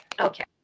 okay